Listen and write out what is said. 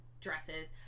dresses